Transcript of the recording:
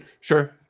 Sure